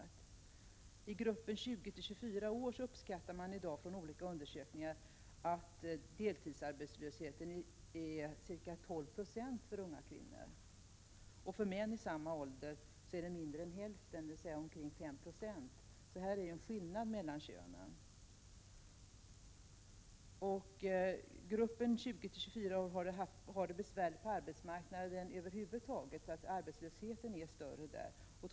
När det gäller åldersgruppen 20—24 uppskattar man i dag utifrån olika undersökningar att deltidsarbetslösheten är ca 12 20 för unga kvinnor. För män i samma ålder är den mindre än hälften, dvs. omkring 5 26. Här finns således en skillnad mellan könen. Arbetslösheten är större i gruppen 20-24 år, eftersom den över huvud taget har det besvärligt på arbetsmarknaden.